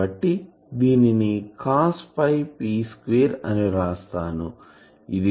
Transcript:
కాబట్టి దీనిని COS P square అని వ్రాస్తాను